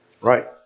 right